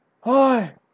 Hi